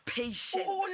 patience